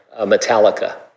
Metallica